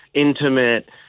intimate